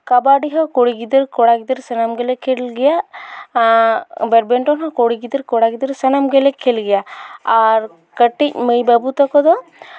ᱠᱟᱵᱟᱰᱤ ᱦᱚᱸ ᱠᱩᱲᱤ ᱜᱤᱫᱟᱹᱨ ᱠᱚᱲᱟ ᱜᱤᱫᱟᱹᱨ ᱥᱟᱱᱟᱢ ᱜᱮᱞᱮ ᱠᱷᱮᱞ ᱜᱮᱭᱟ ᱵᱮᱰᱢᱤᱱᱴᱚᱱ ᱦᱚᱸ ᱠᱩᱲᱤ ᱜᱤᱫᱟᱹᱨ ᱠᱚᱲᱟ ᱜᱤᱫᱟᱹᱨ ᱥᱟᱱᱟᱢ ᱜᱮᱞᱮ ᱠᱷᱮᱞ ᱜᱮᱭᱟ ᱟᱨ ᱠᱟᱹᱴᱤᱡ ᱢᱟᱹᱭᱼᱵᱟᱹᱵᱩ ᱛᱟᱠᱚ ᱫᱚ